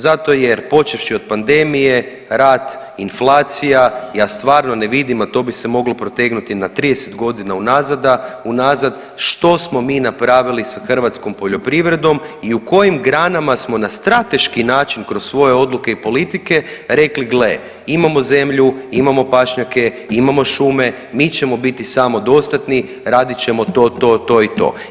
Zato jer počevši od pandemije, rad, inflacija, ja stvarno ne vidim, a to bi se moglo protegnuti na 30 godina unazada, što smo mi napravili sa hrvatskom poljoprivredom i u kojim granama smo na strateški način kroz svoje odluke i politike rekli gle, imamo zemlju, imamo pašnjake, imamo šume, mi ćemo biti samodostatni, radit ćemo to, to, to i to.